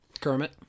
Kermit